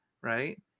right